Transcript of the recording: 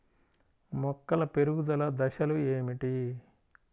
మొక్కల పెరుగుదల దశలు ఏమిటి?